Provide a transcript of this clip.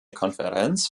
konferenz